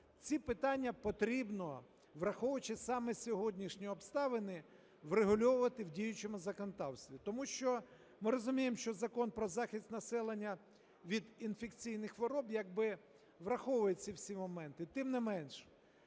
ці питання потрібно, враховуючи саме сьогоднішні обставини, врегульовувати в діючому законодавстві. Тому що ми розуміємо, що Закон "Про захист населення від інфекційних хвороб" як би враховує ці всі моменти, тим не менше,